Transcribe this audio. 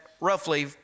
roughly